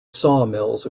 sawmills